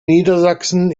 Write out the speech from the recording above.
niedersachsen